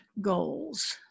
goals